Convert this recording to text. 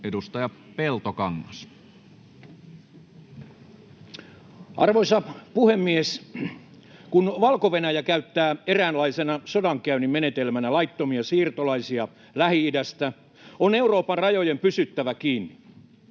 Edustaja Peltokangas. Arvoisa puhemies! Kun Valko-Venäjä käyttää eräänlaisena sodankäynnin menetelmänä laittomia siirtolaisia Lähi-idästä, on Euroopan rajojen pysyttävä kiinni.